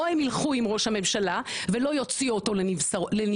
או הם ילכו עם ראש הממשלה ולא יוציאו אותו לנבצרות,